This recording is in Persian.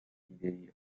ایدهای